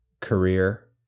career